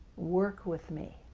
work with me.